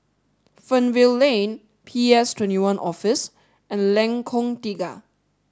Fernvale Lane P S twenty one Office and Lengkong Tiga